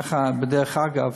ככה בדרך אגב,